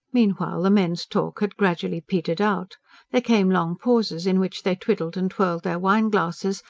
meanwhile the men's talk had gradually petered out there came long pauses in which they twiddled and twirled their wine-glasses,